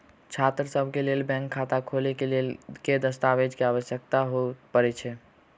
छात्रसभ केँ लेल बैंक खाता खोले केँ लेल केँ दस्तावेज केँ आवश्यकता पड़े हय?